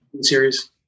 series